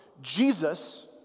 Jesus